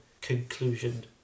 conclusion